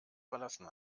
verlassen